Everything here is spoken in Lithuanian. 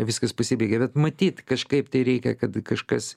viskas pasibaigė bet matyt kažkaip tai reikia kad kažkas